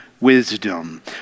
wisdom